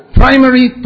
primary